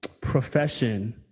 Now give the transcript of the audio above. profession